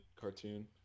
cartoon